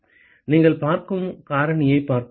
மாணவர் நீங்கள் பார்க்கும் காரணியைப் பார்க்கவும்